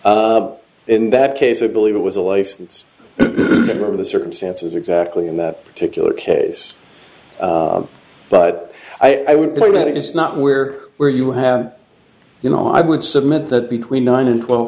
or in that case i believe it was a license for the circumstances exactly in that particular case but i would point out it is not where were you have you know i would submit that between nine and twelve